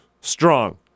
strong